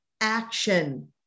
action